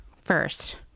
First